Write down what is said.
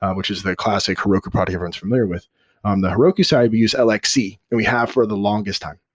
um which is the classic heroku but everyone's familiar with um the heroku side, we use like lxe and we have for the longest time.